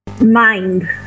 mind